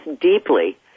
deeply